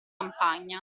campagna